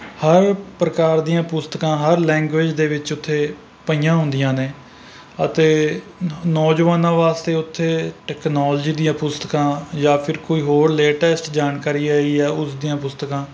ਹਰ ਪ੍ਰਕਾਰ ਦੀਆਂ ਪੁਸਤਕਾਂ ਹਰ ਲੈਂਗੁਏਜ਼ ਦੇ ਵਿੱਚ ਉੱਥੇ ਪਈਆਂ ਹੁੰਦੀਆਂ ਨੇ ਅਤੇ ਨੌਜਵਾਨਾਂ ਵਾਸਤੇ ਉੱਥੇ ਟੈਕਨੋਲਜੀ ਦੀਆਂ ਪੁਸਤਕਾਂ ਜਾਂ ਫਿਰ ਕੋਈ ਹੋਰ ਲੇਟੈਸਟ ਜਾਣਕਾਰੀ ਆਈ ਆ ਉਸ ਦੀਆਂ ਪੁਸਤਕਾਂ